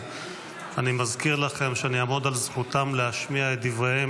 את משפחות החטופים,